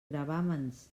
gravàmens